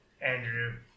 Andrew